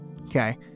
Okay